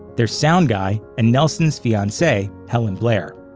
their sound guy, and nelson's fiancee, helen blair.